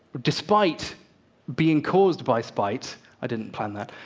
despite being caused by spite i didn't plan that